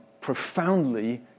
profoundly